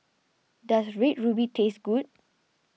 does Red Ruby taste good